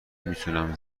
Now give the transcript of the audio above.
میتونم